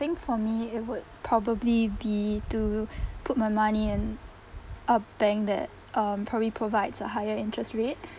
I think for me it would probably be to put my money in a bank that um probably provides a higher interest rate